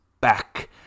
back